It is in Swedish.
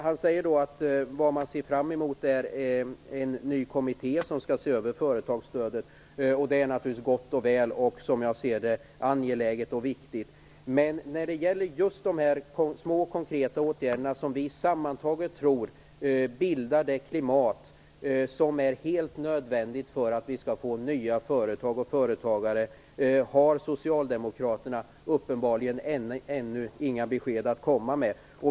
Han säger att vad man ser fram emot är en ny kommitté som skall se över företagsstödet. Det är naturligtvis gott och väl, och som jag ser det angeläget och viktigt. Men när det gäller de små, konkreta åtgärder som vi tror sammantaget bildar det klimat som är helt nödvändigt för att vi skall få nya företag och företagare har socialdemokraterna uppenbarligen ännu inga besked att komma med.